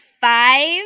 five